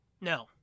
No